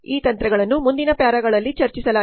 ಈ ತಂತ್ರಗಳನ್ನು ಮುಂದಿನ ಪ್ಯಾರಾಗಳಲ್ಲಿ ಚರ್ಚಿಸಲಾಗಿದೆ